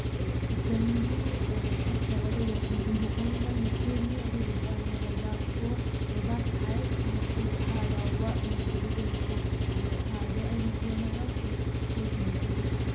ꯀꯤꯠꯆꯟꯒꯤ ꯑꯣꯏꯅ ꯐꯠꯇꯕ ꯀꯩꯗꯧꯕ ꯍꯨꯟꯗꯣꯛꯐꯝ ꯑꯃ ꯑꯩꯅ ꯁꯦꯝꯃꯦ ꯑꯗꯨꯗꯨꯒ ꯑꯩꯅ ꯂꯩꯕꯥꯛꯇꯣ ꯂꯩꯕꯥꯛ ꯁꯥꯏ ꯑꯩꯈꯣꯏꯒꯤ ꯍꯥꯔ ꯌꯥꯎꯕ ꯅꯦꯆꯔꯦꯜꯒꯤ ꯑꯣꯏꯕ ꯄꯣꯠ ꯍꯥꯔꯗꯣ ꯑꯩꯅ ꯁꯦꯝꯃꯒ ꯄꯣꯠ ꯄꯣꯠꯁꯤꯡꯗ ꯑꯩꯅ ꯆꯥꯏ